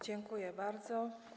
Dziękuję bardzo.